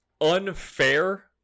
unfair